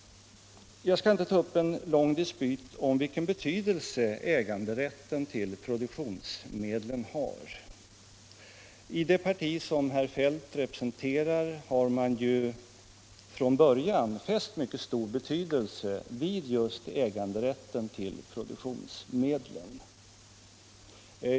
Jag skall inte ta upp en lång dispyt om vilken betydelse äganderätten till produktionsmedlen har. I det parti som herr Feldt representerar har man ju från början fäst mycket stor vikt vid äganderätten till produktionsmedlen.